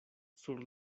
sur